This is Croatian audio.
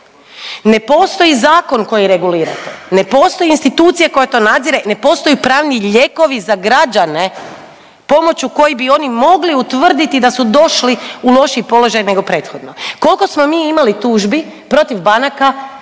Ne postoji zakon koji regulira to, ne postoji institucija koja to nadzire i ne postoje pravni lijekovi za građane pomoću kojih bi oni mogli utvrditi da su došli u lošiji položaj nego prethodno. Kolko smo mi imali tužbi protiv banaka